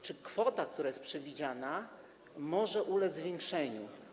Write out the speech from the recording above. Czy kwota, która jest przewidziana, może ulec zwiększeniu?